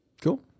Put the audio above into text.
Cool